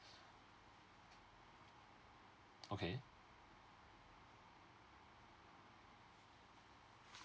okay